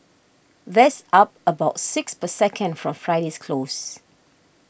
that's up about six per second from Friday's close